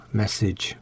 message